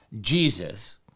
Jesus